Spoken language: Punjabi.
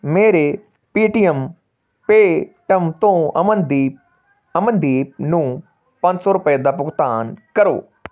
ਮੇਰੇ ਪੇਅ ਟੀ ਐੱਮ ਪੇਟਮ ਤੋਂ ਅਮਨਦੀਪ ਅਮਨਦੀਪ ਨੂੰ ਪੰਜ ਸੌ ਰੁਪਏ ਦਾ ਭੁਗਤਾਨ ਕਰੋ